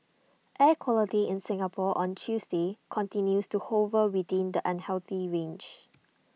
air quality in Singapore on Tuesday continues to hover within the unhealthy range